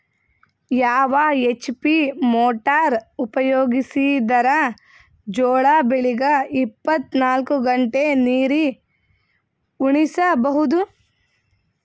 ಯಾವ HP motor ಉಪಯೋಗಿಸಿದರ ಜೋಳ ಬೆಳಿಗ ಇಪ್ಪತ ನಾಲ್ಕು ಗಂಟೆ ನೀರಿ ಉಣಿಸ ಬಹುದು?